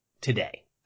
today